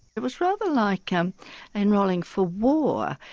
it was rather like um enrolling for war.